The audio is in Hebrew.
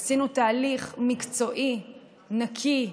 עשינו תהליך מקצועי נקי,